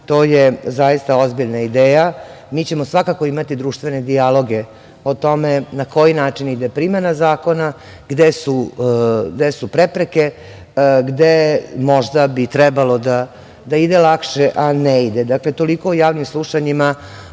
to je ozbiljna ideja. Mi ćemo svakako imati društvene dijaloge o tome na koji način ide primena zakona, gde su prepreke, gde bi možda trebalo da ide lakše, a ne ide. Toliko o javnim slušanjima.